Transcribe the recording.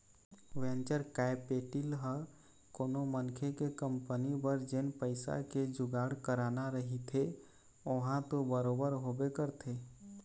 venture capital ह कोनो मनखे के कंपनी बर जेन पइसा के जुगाड़ कराना रहिथे ओहा तो बरोबर होबे करथे